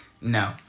no